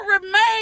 remain